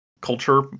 culture